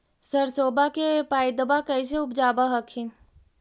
सरसोबा के पायदबा कैसे उपजाब हखिन?